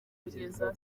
kugeza